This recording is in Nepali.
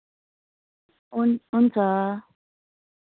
हुन् हुन्छ